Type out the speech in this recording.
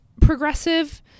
progressive